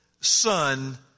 son